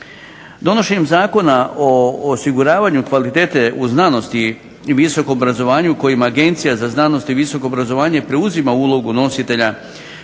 Donošenjem Zakona o osiguravanju kvalitete u znanosti i visokom obrazovanju kojim Agencija za znanost i visoko obrazovanje preuzima ulogu nositelja